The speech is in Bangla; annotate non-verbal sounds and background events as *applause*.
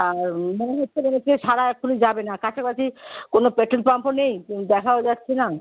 আর এমনই *unintelligible* ছাড়া এক্ষুনি যাবে না কাছাকাছি কোনো পেট্রোল পাম্পও নেই দেখাও যাচ্ছে না